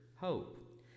hope